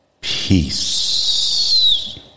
Peace